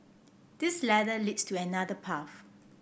this ladder leads to another path